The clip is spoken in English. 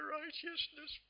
righteousness